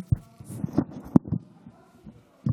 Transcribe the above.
עכשיו,